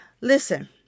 Listen